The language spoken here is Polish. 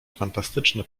fantastyczne